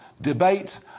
debate